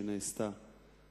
שנעשתה,